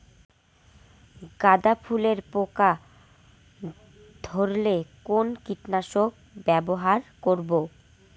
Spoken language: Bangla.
গাদা ফুলে পোকা ধরলে কোন কীটনাশক ব্যবহার করব?